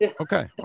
Okay